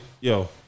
Yo